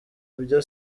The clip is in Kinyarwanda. byo